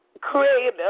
creator